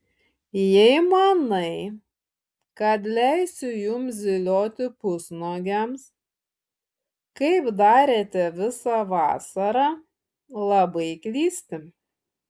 jei manai kad leisiu jums zylioti pusnuogiams kaip darėte visą vasarą labai klysti